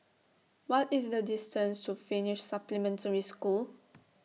What IS The distance to Finnish Supplementary School